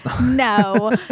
No